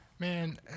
Man